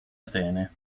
atene